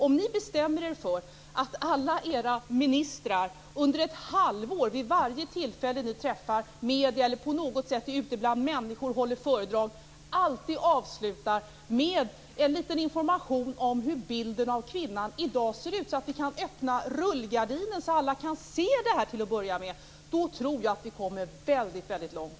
Om ni bestämde er för att alla era ministrar under ett halvår vid varje tillfälle när de träffar medier, håller föredrag eller på något sätt är ute bland människor avslutar med en liten information om hur bilden av kvinnan i dag ser ut - så att vi kan dra upp rullgardinen och alla kan se det här, till att börja med - tror jag att vi kommer väldigt långt.